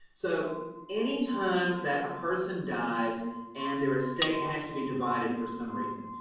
so any time that a person dies and their estate has to be divided for some reason,